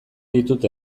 ditut